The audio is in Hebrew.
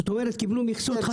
זאת אומרת: קיבלו מכסות חדשות.